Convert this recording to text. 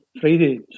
Friday